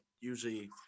usually